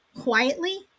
quietly